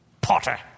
potter